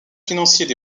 financiers